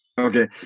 Okay